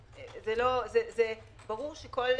אבל, ברשותך,